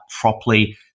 properly